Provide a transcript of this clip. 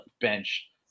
bench